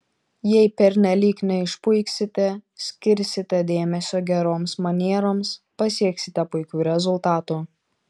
jei pernelyg neišpuiksite skirsite dėmesio geroms manieroms pasieksite puikių rezultatų